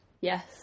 yes